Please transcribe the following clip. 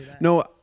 No